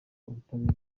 ubutabera